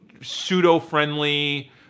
pseudo-friendly